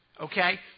Okay